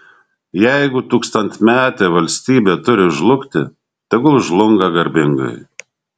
jeigu tūkstantmetė valstybė turi žlugti tegul žlunga garbingai